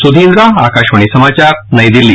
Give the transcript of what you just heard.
सुधींद्रा आकाशवाणी समाचार नई दिल्ली